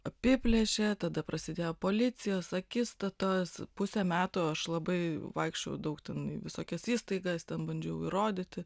apiplėšė tada prasidėjo policijos akistatos pusę metų aš labai vaikščiojau daug ten į visokias įstaigas ten bandžiau įrodyti